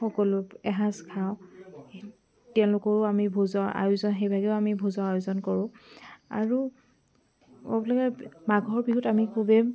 সকলো এসাঁজ খাওঁ তেওঁলোকৰো আমি ভোজৰ আয়োজন সেইভাগেও আমি ভোজৰ আয়োজন কৰোঁ আৰু মাঘৰ বিহুত আমি খুবেই